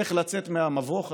איך לצאת מהמבוך הזה,